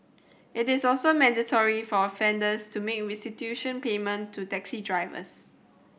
it is also mandatory for offenders to make restitution payment to taxi drivers